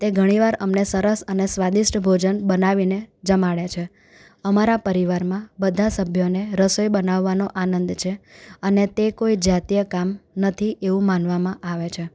તે ઘણી વાર અમને સરસ અને સ્વાદિષ્ટ ભોજન બનાવીને જમાડે છે અમારા પરિવારમાં બધા સભ્યોને રસોઈ બનાવાનો આનંદ છે અને તે કોઈ જાતીય કામ નથી એવું માનવામાં આવે છે